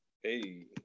Hey